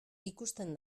ikusten